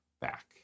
back